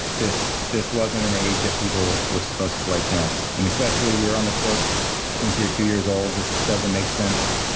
this this wasn't an age that people were supposed to play tennis and especially we were on the courts since we were two years old. this doesn't make sense.